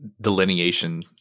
delineation